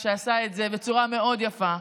שעשה את זה בצורה מאוד יפה.